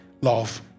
love